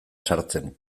sartzen